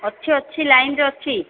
ଅଛି ଅଛି ଲାଇନ୍ରେ ଅଛି